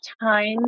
times